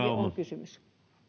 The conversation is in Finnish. on kysymys